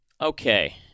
Okay